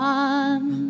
one